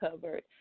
covered